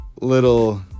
little